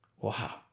Wow